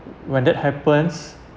when that happens